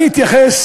אני אתייחס